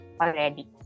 already